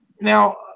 now